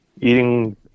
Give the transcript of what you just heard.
eating